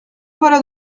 voilà